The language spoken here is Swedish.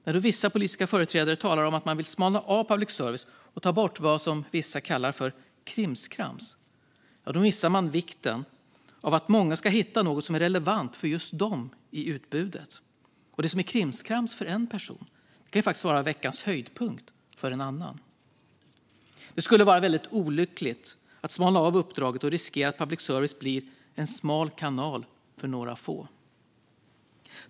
När vissa politiska företrädare talar om att man vill smala av public service och ta bort vad vissa kallar "krimskrams" missar de vikten av att många ska kunna hitta något som är relevant för just dem i utbudet. Det som är krimskrams för en person kan vara veckans höjdpunkt för en annan. Det skulle vara väldigt olyckligt att smala av uppdraget och riskera att public service blir en smal kanal för några få.